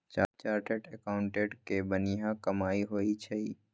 chartered accountant के बनिहा कमाई होई छई